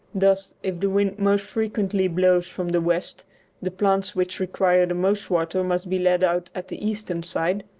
thus if the wind most frequently blows from the west the plants which require the most water must be laid out at the eastern side,